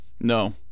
No